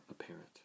apparent